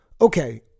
Okay